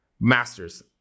Masters